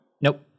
Nope